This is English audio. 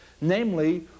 namely